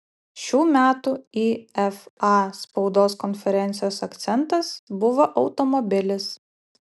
šių metų ifa spaudos konferencijos akcentas buvo automobilis